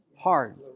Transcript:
hard